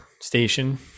station